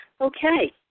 Okay